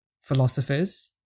philosophers